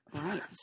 Right